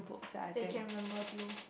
they can remember till